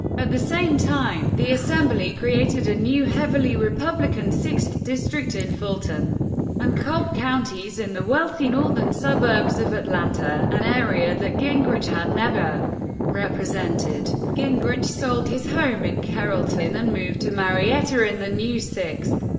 at the same time, the assembly created a new, heavily republican sixth district in fulton and cobb counties in the wealthy northern suburbs of atlanta an area that gingrich had never represented. gingrich sold his home in carrollton and moved to marietta in the new sixth.